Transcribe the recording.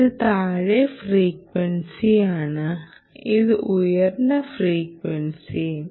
ഇത് താഴ്ന്ന ഫ്രീക്വൻസിയാണ് ഇത് ഉയർന്ന ഫ്രീക്വൻസിയും